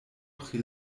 pri